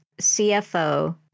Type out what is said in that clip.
CFO